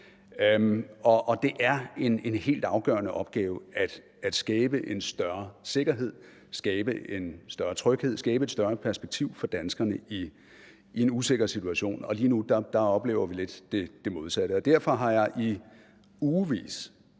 Det er en helt afgørende opgave at skabe en større sikkerhed, at skabe en større tryghed, at skabe et større perspektiv for danskerne i en usikker situation, og lige nu oplever vi lidt det modsatte. Derfor har jeg i ugevis